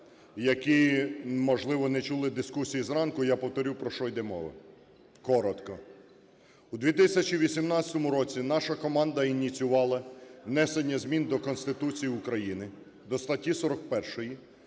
які, можливо, не чули дискусій зранку, я повторю про що йде мова, коротко. У 2018 році наша команда ініціювала внесення змін до Конституції України, до статті 41,